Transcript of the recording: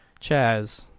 Chaz